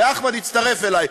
ואחמד הצטרף אלי,